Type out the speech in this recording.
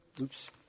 Oops